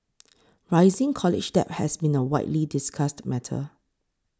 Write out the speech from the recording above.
rising college debt has been a widely discussed matter